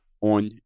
on